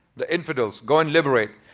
the infidels. go and liberate.